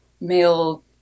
male